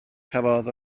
cafodd